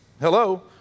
Hello